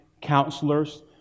counselors